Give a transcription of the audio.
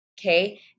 okay